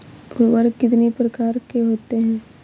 उर्वरक कितनी प्रकार के होते हैं?